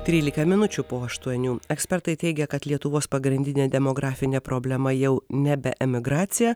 trylika minučių po aštuonių ekspertai teigia kad lietuvos pagrindinė demografinė problema jau nebe emigracija